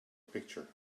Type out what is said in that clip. picture